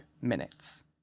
minutes